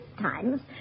times